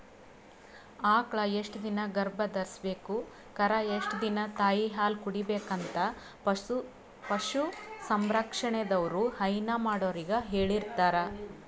ಆಕಳ್ ಎಷ್ಟ್ ದಿನಾ ಗರ್ಭಧರ್ಸ್ಬೇಕು ಕರಾ ಎಷ್ಟ್ ದಿನಾ ತಾಯಿಹಾಲ್ ಕುಡಿಬೆಕಂತ್ ಪಶು ಸಂರಕ್ಷಣೆದವ್ರು ಹೈನಾ ಮಾಡೊರಿಗ್ ಹೇಳಿರ್ತಾರ್